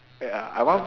wait ah I want